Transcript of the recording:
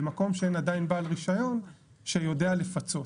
במקום שאין עדיין בעל רישיון שיודע לפחות,